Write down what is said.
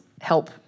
help